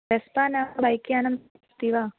ह्यस्तनं बैक्यानमस्ति वा